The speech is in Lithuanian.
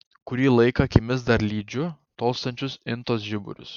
kurį laiką akimis dar lydžiu tolstančius intos žiburius